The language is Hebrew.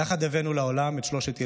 יחד הבאנו לעולם את שלושת ילדינו,